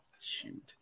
Shoot